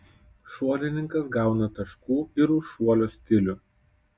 šuolininkas gauna taškų ir už šuolio stilių